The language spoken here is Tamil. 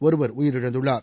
ஒருவர் உயிரிழந்துள்ளார்